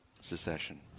secession